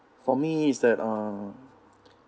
for me is that uh